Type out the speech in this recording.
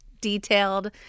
detailed